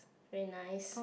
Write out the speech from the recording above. very nice